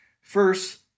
First